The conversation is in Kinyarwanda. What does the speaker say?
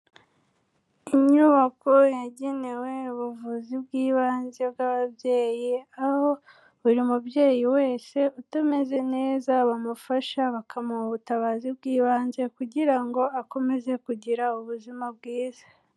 Inyubako yagenewe ubuvuzi bw'ibanze bw'ababyeyi aho buri mubyeyi wese utameze neza bamufasha, bakamuha ubutabazi bw'ibanze kugira ngo akomeze kugira ubuzima bwiza.